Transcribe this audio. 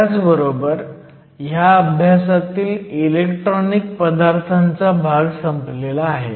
ह्याचबरोबर ह्या अभ्यासातील इलेक्ट्रॉनिक पदार्थांचा भाग संपलेला आहे